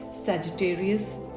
sagittarius